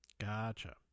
gotcha